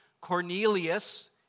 Cornelius